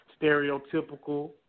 stereotypical